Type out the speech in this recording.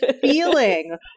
feeling